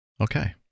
Okay